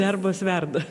darbas verda